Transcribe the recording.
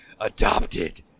adopted